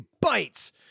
bites